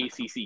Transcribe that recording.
ACC